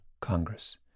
Congress